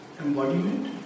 embodiment